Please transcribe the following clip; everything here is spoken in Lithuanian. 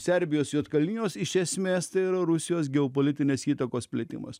serbijos juodkalnijos iš esmės tai yra rusijos geopolitinės įtakos plėtimas